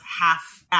half